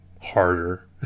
harder